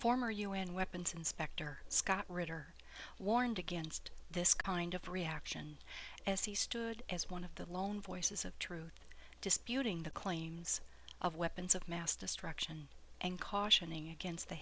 former u n weapons inspector scott ritter warned against this kind of reaction as he stood as one of the lone voices of truth disputing the claims of weapons of mass destruction and